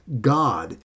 God